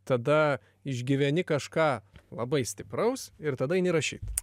tada išgyveni kažką labai stipraus ir tada eini rašyt